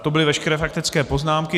To byly veškeré faktické poznámky.